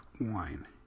wine